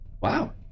Wow